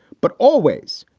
but always,